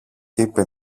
είπε